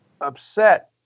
upset